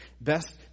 Best